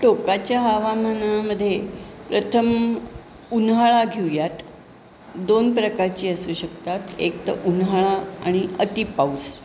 टोकाच्या हवामानामध्ये प्रथम उन्हाळा घेऊयात दोन प्रकारची असू शकतात एक तर उन्हाळा आणि अति पाऊस